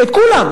את כולם.